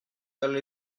elle